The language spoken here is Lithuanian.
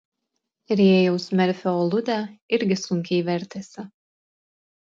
rėjaus merfio aludė irgi sunkiai vertėsi